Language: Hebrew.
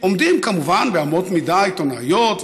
שעומדים כמובן באמות מידה עיתונאיות,